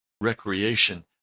Recreation